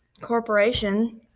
corporation